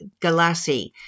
Galassi